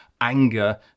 anger